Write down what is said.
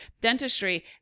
dentistry